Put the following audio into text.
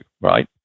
right